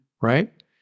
right